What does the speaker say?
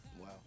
Wow